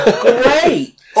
Great